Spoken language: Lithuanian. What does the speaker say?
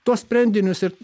tuos sprendinius ir